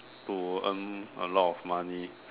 to earn a lot of money